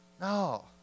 No